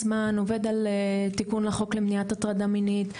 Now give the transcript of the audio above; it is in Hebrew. זמן עובד על תיקון החוק למניעת הטרדה מינית.